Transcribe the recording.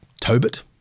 Tobit